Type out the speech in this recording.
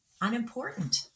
unimportant